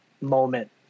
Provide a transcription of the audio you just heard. moment